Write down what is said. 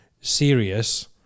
serious